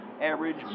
average